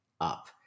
up